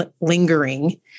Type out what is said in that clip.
lingering